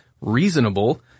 reasonable